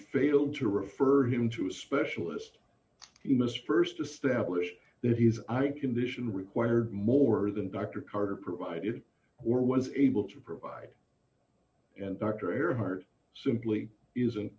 failed to refer him to a specialist he must st establish that he's i condition required more than dr carter provided or was able to provide and dr erhard simply isn't